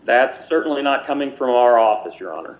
that's certainly not coming from our office your honor